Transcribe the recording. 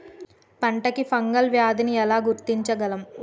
పంట కి ఫంగల్ వ్యాధి ని ఎలా గుర్తించగలం?